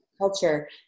culture